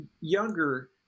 younger